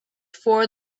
for